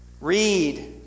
read